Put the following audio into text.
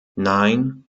nine